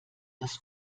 das